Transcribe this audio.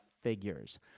figures